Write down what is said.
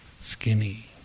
Skinny